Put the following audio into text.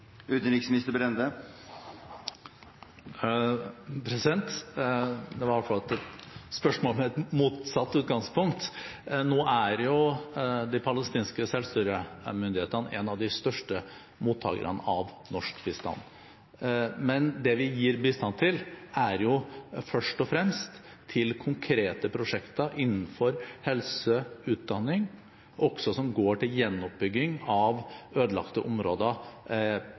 Det var et spørsmål med et motsatt utgangspunkt. Nå er de palestinske selvstyremyndighetene en av de største mottakerne av norsk bistand, men det vi gir bistand til, er først og fremst konkrete prosjekter innenfor helse og utdanning som går til gjenoppbygging av ødelagte områder